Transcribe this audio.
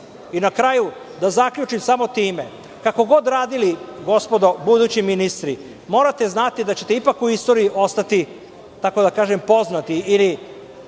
kraju, da zaključim samo time, kako god radili, gospodo budući ministri, morate znate da ćete ipak u istoriji ostati poznati ili